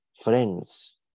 friends